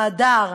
ההדר,